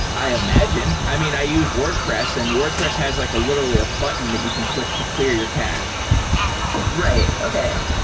i imagine. i mean, i use wordpress, and wordpress has like literally a button that you can click to clear your cache right. okay.